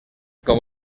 com